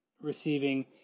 receiving